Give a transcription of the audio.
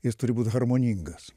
jis turi būt harmoningas